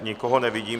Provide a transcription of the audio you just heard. Nikoho nevidím.